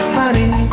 honey